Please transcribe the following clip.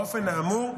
באופן האמור,